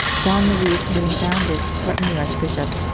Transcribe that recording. don luis, having found it, threatened the archbishop,